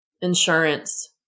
insurance